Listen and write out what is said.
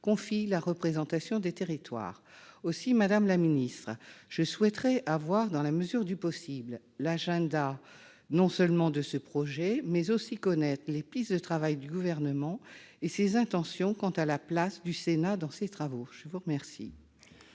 confie la représentation des territoires. Aussi, madame la ministre, je souhaiterais savoir, dans la mesure du possible, l'agenda de ce projet, connaître les pistes du travail du Gouvernement et ses intentions quant à la place du Sénat dans ce chantier. La parole